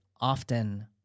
often